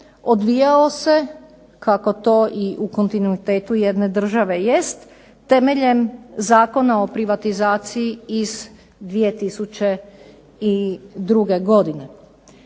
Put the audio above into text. odvijao se kako to i u kontinuitetu jedne države jest temeljem Zakona o privatizaciji iz 2002. godine.